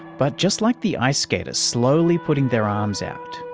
but just like the ice skater slowly putting their arms out,